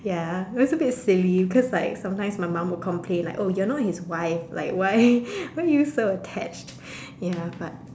ya it's a bit silly cause like sometimes my mum would complain like oh you're not his wife like why why are you so attached ya but